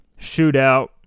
shootout